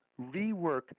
rework